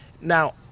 Now